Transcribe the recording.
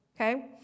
okay